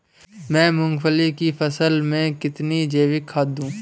मैं मूंगफली की फसल में कितनी जैविक खाद दूं?